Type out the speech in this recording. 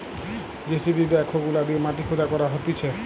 JCB backhoe গুলা দিয়ে মাটি খুদা করা হতিছে